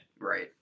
Right